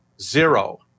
Zero